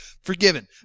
forgiven